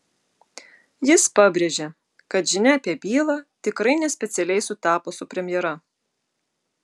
jis pabrėžė kad žinia apie bylą tikrai ne specialiai sutapo su premjera